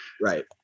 right